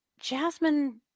Jasmine